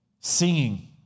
Singing